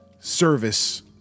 Service